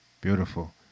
Beautiful